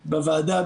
בוועדה,